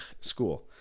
school